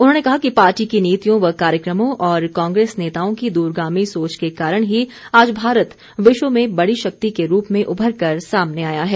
उन्होंने कहा कि पार्टी की नीतियों व कार्यक्रमों और कांग्रेस नेताओं की दूरगामी सोच के कारण ही आज भारत विश्व में बड़ी शक्ति के रूप में उभर कर सामने आया है